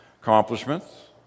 Accomplishments